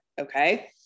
okay